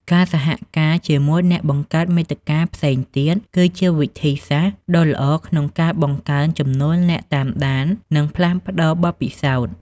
ការសហការជាមួយអ្នកបង្កើតមាតិកាផ្សេងទៀត គឺជាវិធីសាស្ត្រដ៏ល្អក្នុងការបង្កើនចំនួនអ្នកតាមដាន និងផ្លាស់ប្តូរបទពិសោធន៍។